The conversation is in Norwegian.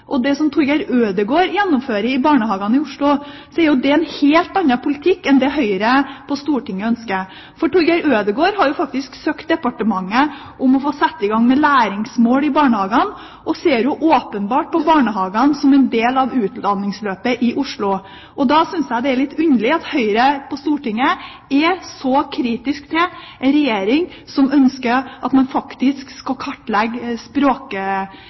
og det som Torger Ødegaard gjennomfører i barnehagene i Oslo, er jo det en helt annen politikk enn det Høyre på Stortinget ønsker. Torger Ødegaard har faktisk søkt departementet om å få sette i gang med læringsmål i barnehagene, og han ser jo åpenbart på barnehagene som en del av utdanningsløpet i Oslo. Da synes jeg det er litt underlig at Høyre på Stortinget er så kritisk til en regjering som ønsker at man faktisk skal kartlegge